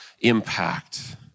impact